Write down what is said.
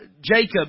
Jacob